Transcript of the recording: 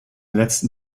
letzten